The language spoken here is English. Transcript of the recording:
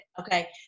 okay